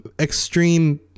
extreme